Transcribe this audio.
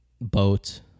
boat